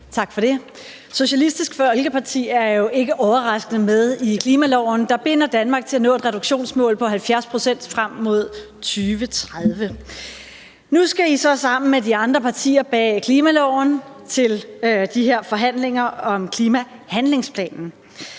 Vermund (NB): Socialistisk Folkeparti er jo ikke overraskende med i aftalen om klimaloven, der binder Danmark til at nå et reduktionsmål på 70 pct. frem mod 2030. Nu skal I så sammen med de andre partier bag aftalen om klimaloven til de her forhandlinger om klimahandlingsplanen.